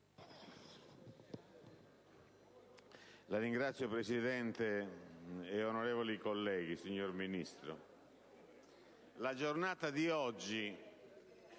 Signora Presidente, onorevoli colleghi, signora Ministro, la giornata di oggi